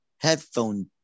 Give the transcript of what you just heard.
headphone